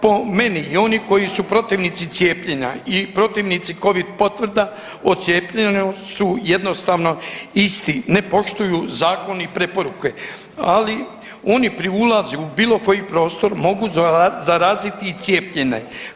Po meni oni koji su protivnici cijepljenja i protivnici covid potvrda o cijepljenju su jednostavno isti, ne poštuju zakon i preporuke, ali oni pri ulazu u bilo koji prostor mogu zaraziti i cijepljenje.